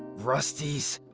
rusty's,